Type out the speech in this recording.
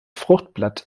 fruchtblatt